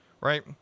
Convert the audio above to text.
right